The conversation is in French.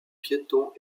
piétons